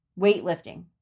weightlifting